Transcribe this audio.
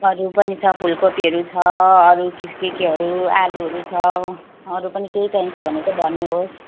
अरू पनि छ फूलकोपीहरू छ अरू चिज केकेहरू आलुहरू छ अरू पनि केही चाहिन्छ भने चाहिँ भन्नुहोस्